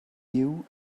new